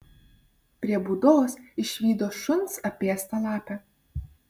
prie būdos išvydo šuns apėstą lapę